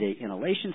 inhalation